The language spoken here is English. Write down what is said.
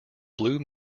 blue